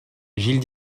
gilles